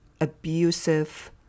abusive